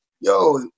yo